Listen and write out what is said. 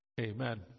Amen